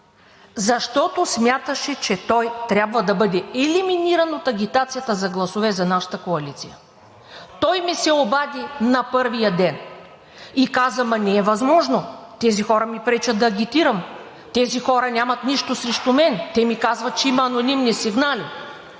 защото смяташе, че той трябва да бъде елиминиран от агитацията за гласове за нашата коалиция. Той ми се обади на първия ден и каза: „Ама не е възможно. Тези хора ми пречат да агитирам. Тези хора нямат нищо срещу мен. Те ми казват, че има анонимни сигнали.“